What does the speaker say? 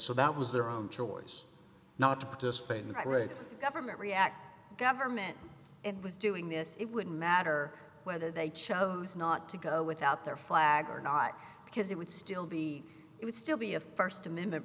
so that was their own choice not to participate in the right way government reacts government it was doing this it wouldn't matter whether they chose not to go without their flag or not because it would still be it would still be a st amendment